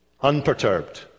unperturbed